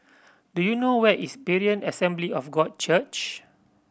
do you know where is Berean Assembly of God Church